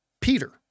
Peter